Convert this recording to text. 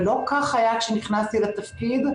ולא כך היה כשנכנסתי לתפקיד,